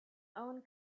own